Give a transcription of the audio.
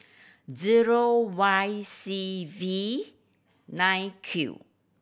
zero Y C V nine Q